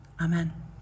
Amen